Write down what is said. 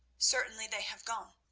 certainly they have gone,